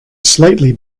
slightly